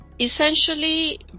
essentially